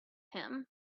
him